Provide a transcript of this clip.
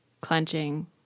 clenching